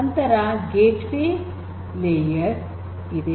ನಂತರ gateway layer ಇದೆ